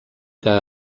que